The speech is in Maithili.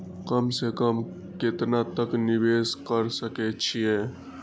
कम से कम केतना तक निवेश कर सके छी ए?